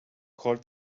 called